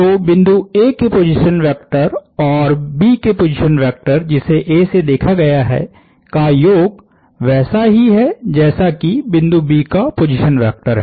तो बिंदु A के पोजीशन वेक्टर और B के पोजीशन वेक्टर जिसे A से देखा गया है का योग वैसा ही है जैसा कि बिंदु B का पोजीशन वेक्टर है